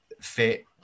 fit